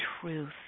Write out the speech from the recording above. truth